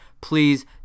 please